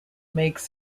makes